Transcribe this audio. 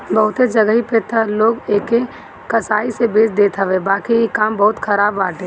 बहुते जगही पे तअ लोग एके कसाई से बेच देत हवे बाकी इ काम बहुते खराब बाटे